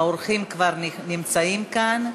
האורחים כבר נמצאים כאן.